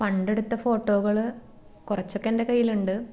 പണ്ടെടുത്ത ഫോട്ടോകൾ കുറച്ചൊക്കെ എന്റെ കയ്യിലുണ്ട്